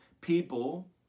people